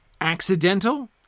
accidental